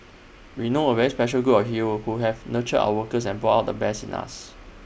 we know A very special girl heroes who have nurtured our workers and brought out the best in us